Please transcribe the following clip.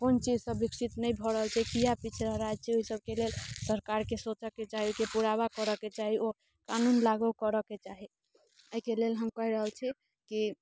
कोन चीजसँ विकसित नहि भऽ रहल छै किआ पिछड़ा राज्य छै ओहि सबके लेल सरकारके सोचऽके चाही कि पुराबा करऽ के चाही ओ कानून लागू करऽ के चाही एहिके लेल हम कहि रहल छी कि